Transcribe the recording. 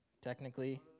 technically